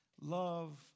Love